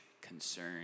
concern